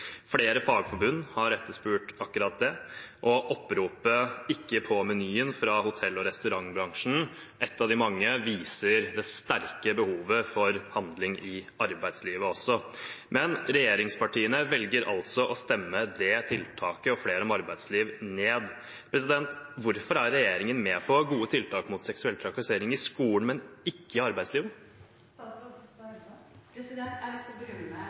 Flere fagforbund har etterspurt akkurat det, og oppropet «ikke på menyen» fra hotell- og restaurantbransjen – ett av de mange – viser også det sterke behovet for handling i arbeidslivet. Men regjeringspartiene velger altså å stemme det tiltaket – og flere – om arbeidsliv ned. Hvorfor er regjeringen med på å ha gode tiltak mot seksuell trakassering i skolen, men ikke i arbeidslivet? Jeg har lyst til å